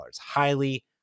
Highly